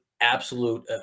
absolute